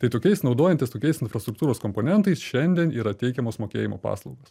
tai tokiais naudojantis tokiais infrastruktūros komponentais šiandien yra teikiamos mokėjimo paslaugos